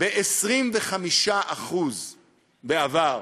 ב-25% בעבר,